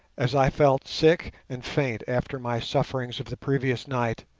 as i felt sick and faint after my sufferings of the previous night,